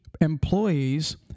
employees